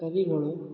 ಕವಿಗಳು